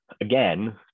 again